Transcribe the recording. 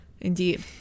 Indeed